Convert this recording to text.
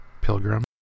Pilgrim